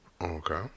Okay